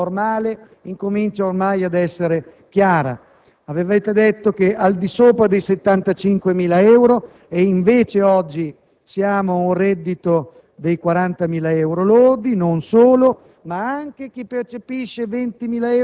anche con l'intervento per quanto riguarda l'IRPEF. Avevate fatto credere alla base elettorale che solo i ricchi avrebbero pianto e invece la soglia dei ricchi si abbassa sempre di più e